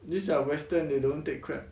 this are western they don't take crab